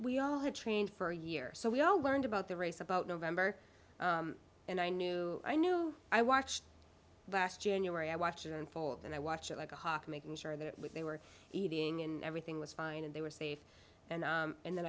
we all had trained for a year so we all learned about the race about november and i knew i knew i watched last january i watched it unfold and i watched it like a hawk making sure that they were eating and everything was fine and they were safe and